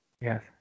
Yes